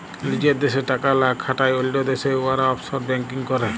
লিজের দ্যাশে টাকা লা খাটায় অল্য দ্যাশে উয়ারা অফশর ব্যাংকিং ক্যরে